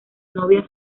novia